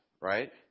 right